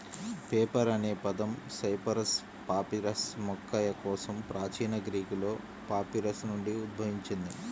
paper అనే పదం Cyperus papyrus మొక్క కోసం ప్రాచీన గ్రీకులో పాపిరస్ నుండి ఉద్భవించింది